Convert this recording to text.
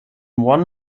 one